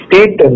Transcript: State